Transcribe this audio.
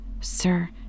sir